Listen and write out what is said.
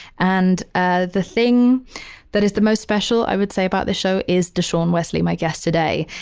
and ah the thing that is the most special i would say about the show is dashaun wesley, my guest today.